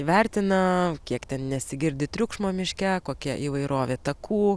įvertina kiek ten nesigirdi triukšmo miške kokia įvairovė takų